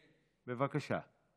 בבקשה.